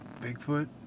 Bigfoot